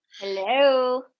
Hello